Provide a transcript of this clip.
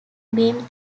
beam